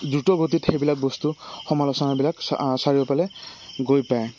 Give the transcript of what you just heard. দ্ৰুত গতিত সেইবিলাক বস্তু সমালোচনাবিলাক চাৰিওফালে গৈ পায়